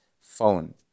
phone